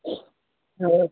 ਹਾਂ